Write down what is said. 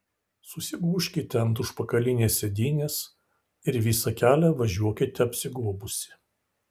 susigūžkite ant užpakalinės sėdynės ir visą kelią važiuokite apsigobusi